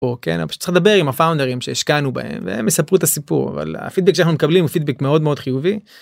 אוקיי צריך לדבר עם הפאונדרים שהשקענו בהם והם יספרו את הסיפור על הפידבק שאנחנו מקבלים הוא פידבק מאוד מאוד חיובי.